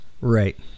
Right